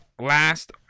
Last